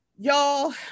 Y'all